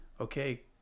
okay